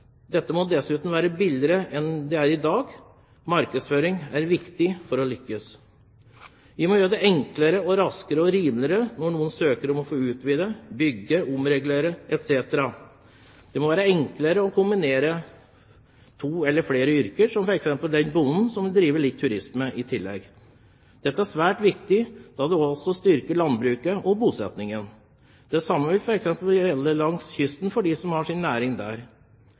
Dette må dessuten bli billigere enn det er i dag. Markedsføring er viktig for å lykkes. Vi må gjøre det enklere, raskere og rimeligere når noen søker om å få utvide, bygge, omregulere etc. Det må være enklere å kombinere to eller flere yrker, som f.eks. den bonden som vil drive litt turisme i tillegg. Dette er svært viktig, da det også styrker landbruket og bosettingen. Det samme vil f.eks. gjelde for dem som har sin næring